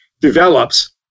develops